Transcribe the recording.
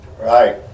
right